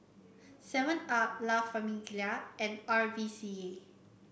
Seven Up La Famiglia and R V C A